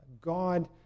God